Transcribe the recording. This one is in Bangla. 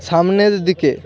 সামনের দিকে